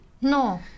No